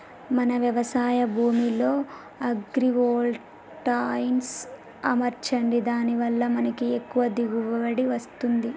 మన వ్యవసాయ భూమిలో అగ్రివోల్టాయిక్స్ అమర్చండి దాని వాళ్ళ మనకి ఎక్కువ దిగువబడి వస్తుంది